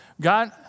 God